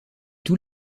tous